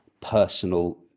personal